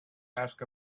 ask